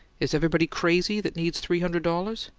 is everybody crazy that needs three hundred dollars?